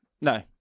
No